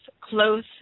close